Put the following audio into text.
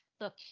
look